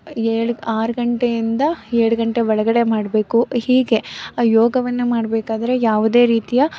ಏಳು ಆರು ಗಂಟೆಯಿಂದ ಏಳು ಗಂಟೆ ಒಳಗಡೆ ಮಾಡಬೇಕು ಹೀಗೆ ಯೋಗವನ್ನು ಮಾಡಬೇಕಾದ್ರೆ ಯಾವುದೇ ರೀತಿಯ